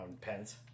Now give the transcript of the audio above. Pens